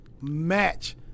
match